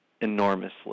enormously